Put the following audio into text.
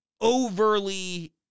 overly